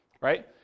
right